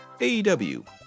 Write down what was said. AEW